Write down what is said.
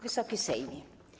Wysoki Sejmie!